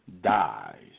dies